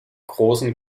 großen